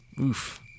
Oof